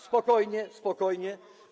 Spokojnie, spokojnie.